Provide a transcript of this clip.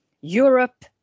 Europe